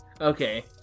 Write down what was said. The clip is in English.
Okay